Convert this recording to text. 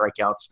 strikeouts